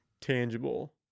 tangible